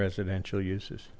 residential uses